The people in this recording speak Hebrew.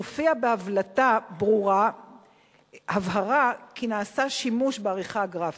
תופיע בהבלטה הבהרה כי נעשה שימוש בעריכה גרפית.